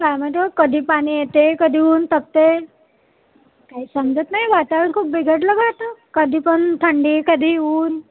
काय म्हटलं कधी पाणी येते आहे कधी ऊन्ह तापत आहे काही समजत नाही वातावरण खूप बिघडलं ग आता कधी पण थंडी कधीही ऊन्ह